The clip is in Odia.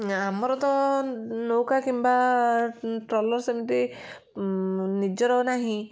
ଆମର ତ ନୌକା କିମ୍ବା ଟ୍ରଲର ସେମିତି ନିଜର ନାହିଁ